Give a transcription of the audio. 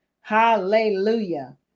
Hallelujah